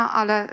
ale